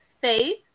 faith